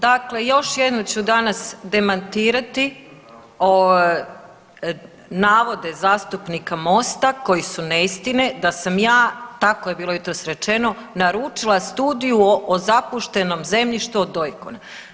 Dakle, još jednom ću danas demantirati navode zastupnika MOST-a koji su neistine da sam ja tako je bilo jutros rečeno naručila studiju o zapuštenom zemljištu od Oikona.